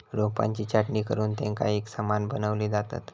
रोपांची छाटणी करुन तेंका एकसमान बनवली जातत